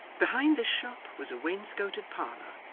behind this shop was a wainscoted parlour,